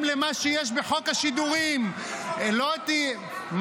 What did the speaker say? למה שיש בחוק השידורים --- למה אתם מקדמים את חוק ההשתמטות?